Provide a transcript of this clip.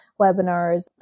webinars